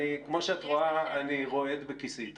כמו שאת רואה אני רועד בכיסאי.